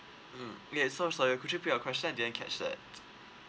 mm okay so I'm sorry could you repeat your question I didn't catch that